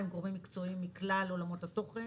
עם גורמים מקצועיים מכלל עולמות התוכן,